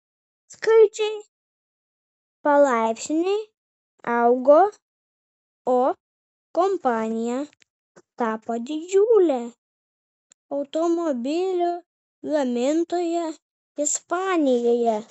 skaičiai palaipsniui augo o kompanija tapo didžiule automobilių gamintoja ispanijoje